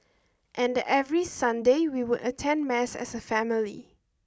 and every Sunday we would attend mass as a family